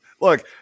Look